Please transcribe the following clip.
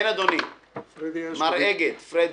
בבקשה, אדוני, פרדי, אגד.